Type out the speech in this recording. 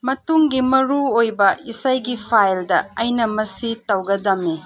ꯃꯇꯨꯡꯒꯤ ꯃꯔꯨꯑꯣꯏꯕ ꯏꯁꯩꯒꯤ ꯐꯥꯏꯜꯗ ꯑꯩꯅ ꯃꯁꯤ ꯇꯧꯒꯗꯝꯅꯤ